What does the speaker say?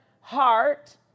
heart